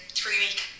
three-week